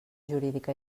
jurídica